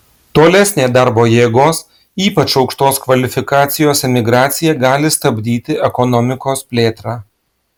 tolesnė darbo jėgos ypač aukštos kvalifikacijos emigracija gali stabdyti ekonomikos plėtrą